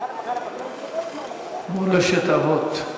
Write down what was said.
מורשת אבות.